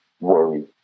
worry